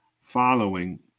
following